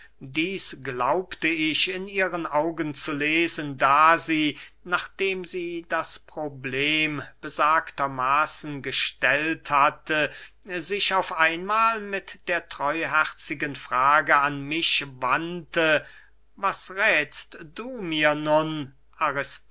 dieß glaubte ich in ihren augen zu lesen da sie nachdem sie das problem besagter maßen gestellt hatte sich auf einmahl mit der treuherzigen frage an mich wandte was räthst du mir nun